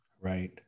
right